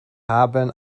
haben